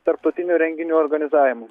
tarptautinių renginių organizavimu